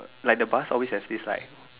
like the bus always have space right